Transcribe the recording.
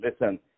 listen